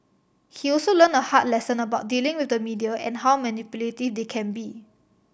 he also learned a hard lesson about dealing with the media and how manipulative they can be